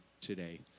today